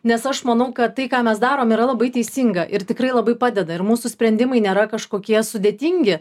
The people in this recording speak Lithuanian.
nes aš manau kad tai ką mes darom yra labai teisinga ir tikrai labai padeda ir mūsų sprendimai nėra kažkokie sudėtingi